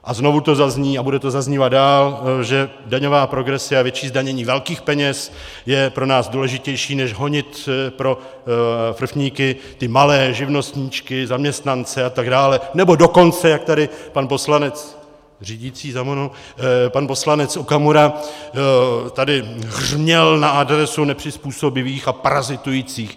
A znovu tu zazní a bude to zaznívat dál, že daňová progrese a větší zdanění velkých peněz je pro nás důležitější než honit pro frfníky ty malé živnostníčky, zaměstnance a tak dále, nebo dokonce, jak tady pan poslanec, řídící za mnou, pan poslanec Okamura tady hřměl na adresu nepřizpůsobivých a parazitujících.